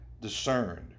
discerned